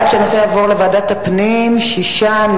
ככלל,